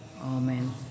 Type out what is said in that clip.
Amen